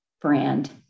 brand